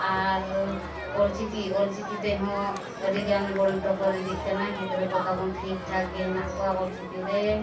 ᱟᱨ ᱚᱞᱪᱤᱠᱤ ᱚᱞᱪᱤᱠᱤ ᱛᱮᱦᱚᱸ ᱟᱹᱰᱤᱜᱟᱱ ᱵᱚᱱ ᱴᱚᱯᱟᱨ ᱤᱫᱤᱜ ᱠᱟᱱᱟ ᱜᱤᱫᱽᱨᱟᱹ ᱠᱚ ᱛᱟᱵᱚᱱ ᱴᱷᱤᱠ ᱴᱷᱟᱠ ᱜᱮ ᱢᱮᱱᱟᱜ ᱠᱚᱣᱟ ᱚᱞᱪᱤᱠᱤ ᱨᱮ